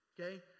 Okay